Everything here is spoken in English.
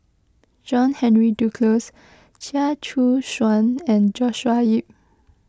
John Henry Duclos Chia Choo Suan and Joshua Ip